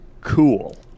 cool